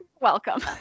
Welcome